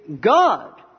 God